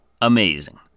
amazing